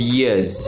years